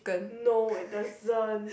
no it doesn't